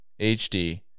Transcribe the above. HD